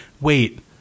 wait